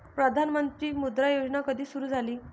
प्रधानमंत्री मुद्रा योजना कधी सुरू झाली?